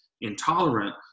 intolerant